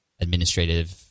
administrative